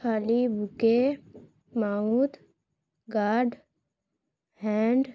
খালি বুকে mouth guard hand